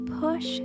push